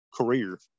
career